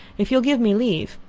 if you will give me leave,